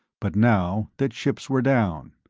but now the chips were down.